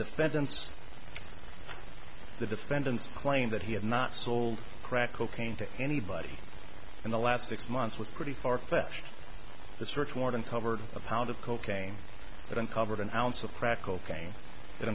defendants the defendant's claim that he had not sold crack cocaine to anybody in the last six months was pretty far fetched the search warrant covered a pound of cocaine that uncovered an ounce of crack cocaine